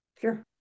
Sure